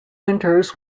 winters